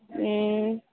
हूँ